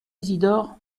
isidore